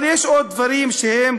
אבל יש עוד דברים שגם